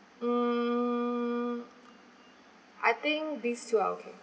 mm I think these two are okay